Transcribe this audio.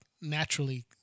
naturally